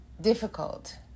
difficult